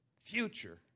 future